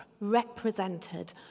represented